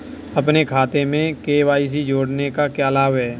अपने खाते में के.वाई.सी जोड़ने का क्या लाभ है?